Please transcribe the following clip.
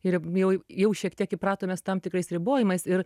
ir jau jau šiek tiek įpratome su tam tikrais ribojimais ir